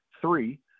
three